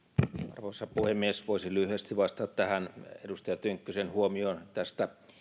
arvoisa puhemies voisin lyhyesti vastata tähän edustaja tynkkysen huomioon tästä